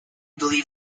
believed